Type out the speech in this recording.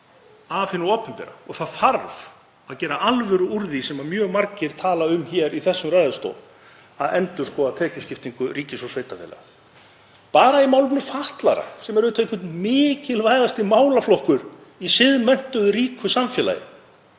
af hinu opinbera. Það þarf að gera alvöru úr því, sem mjög margir tala um hér í þessum ræðustól, að endurskoða tekjuskiptingu ríkis og sveitarfélaga. Bara í málefnum fatlaðra, sem er einhver mikilvægasti málaflokkurinn í siðmenntuðu, ríku samfélagi,